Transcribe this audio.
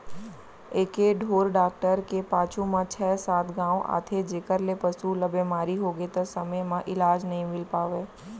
एके ढोर डॉक्टर के पाछू म छै सात गॉंव आथे जेकर ले पसु ल बेमारी होगे त समे म इलाज नइ मिल पावय